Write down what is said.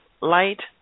light